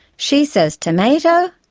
she says to-may-to,